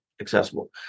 accessible